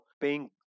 paying